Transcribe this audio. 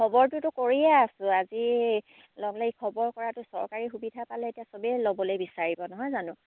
খবৰটোতো কৰিয়ে আছোঁ আজি লগ লাগি খবৰ কৰাটো চৰকাৰী সুবিধা পালে এতিয়া সবেই ল'বলৈ বিচাৰিব নহয় জানো